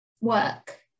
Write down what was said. work